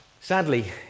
sadly